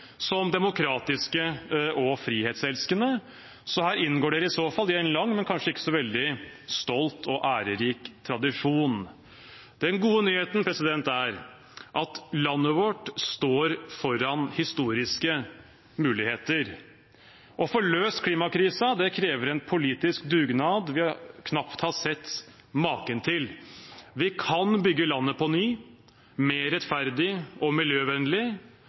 som demokratiske og frihetselskende. Så her inngår dere i så fall i en lang, men kanskje ikke så veldig stolt og ærerik tradisjon. Den gode nyheten er at landet vårt står foran historiske muligheter. Å få løst klimakrisen krever en politisk dugnad vi knapt har sett maken til. Vi kan bygge landet på ny, mer rettferdig og miljøvennlig.